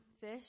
fish